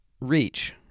reach